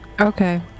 okay